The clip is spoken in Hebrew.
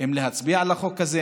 אם להצביע לחוק הזה,